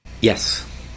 Yes